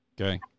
Okay